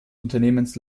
unternehmens